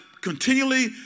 continually